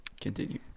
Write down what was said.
continue